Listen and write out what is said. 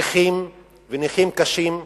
נכים ונכים קשים,